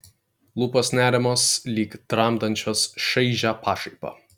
lūpos neramios lyg tramdančios šaižią pašaipą